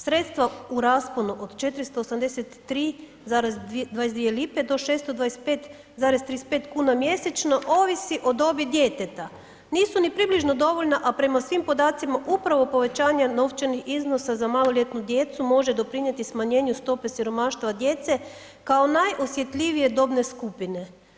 Sredstva u rasponu od 483,22 lipe do 625,35 mjesečno ovisi o dobi djeteta, nisu ni približno dovoljna, a prema svim podacima upravo povećanje novčanih iznosa za maloljetnu djecu može doprinijeti smanjenju stope siromaštva djece kao najosjetljivije dobne skupine.